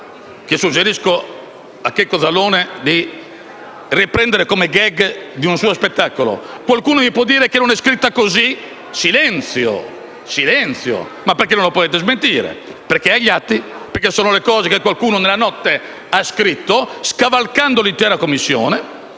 - suggerisco a Checco Zalone di riprenderle come *gag* di un suo spettacolo - qualcuno forse può dirmi che non sono scritte così? Silenzio, perché non lo potete smentire; è agli atti: sono le cose che qualcuno, nella notte, ha scritto, scavalcando l'intera Commissione